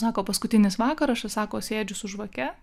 sako paskutinis vakaras aš sako sėdžiu su žvake